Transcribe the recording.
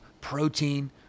protein